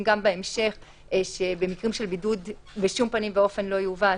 גם בהמשך שבמקרים של בידוד בשום פנים ואופן לא יובא העצור,